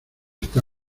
está